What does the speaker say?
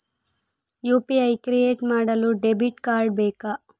UPI create ಮಾಡಲು debit card ಬೇಕಾ?